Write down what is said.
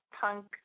punk